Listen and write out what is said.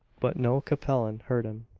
but no capellan heard him.